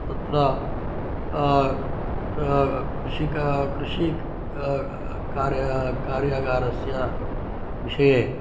तत्र कृषि कृषि कार्यागारस्य विषये